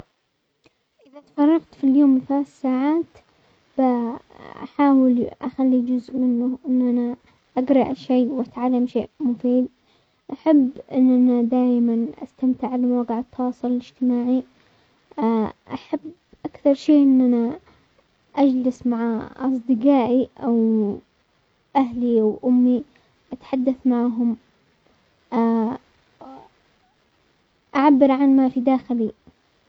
اذا اتفرغت في اليوم ثلاث ساعات احاول اخلي جزء منه ان انا اقرأ شيء واتعلم شيء مفيد، احب ان انا دائما استمتع بمواقع التواصل الاجتماعي، احب اكثر شيء ان انا اجلس مع اصدقائي او اهلي وامي اتحدث معهم، اعبر عن ما في داخلي.